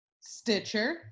stitcher